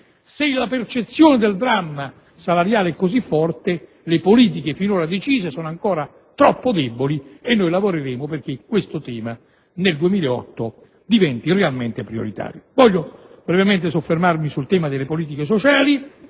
- la percezione del dramma salariale è così forte, ma le politiche finora decise sono ancora troppo deboli e lavoreremo perché il tema del recupero salariale nel 2008 diventi realmente prioritario. Voglio brevemente soffermarmi inoltre sul tema delle politiche sociali.